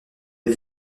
des